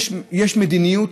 מדיניות,